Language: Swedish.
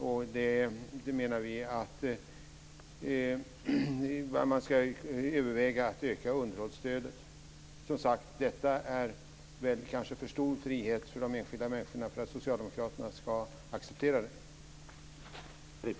Vi menar att man ska överväga att öka underhållsstödet. Som sagt: Detta är väl kanske för stor frihet för de enskilda människorna för att socialdemokraterna ska acceptera det.